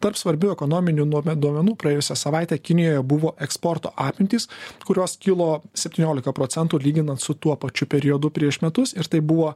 tarp svarbių ekonominių nuo duomenų praėjusią savaitę kinijoje buvo eksporto apimtys kurios kilo septyniolika procentų lyginant su tuo pačiu periodu prieš metus ir tai buvo